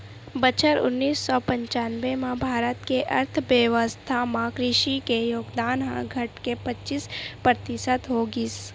बछर उन्नीस सौ पंचानबे म भारत के अर्थबेवस्था म कृषि के योगदान ह घटके पचीस परतिसत हो गिस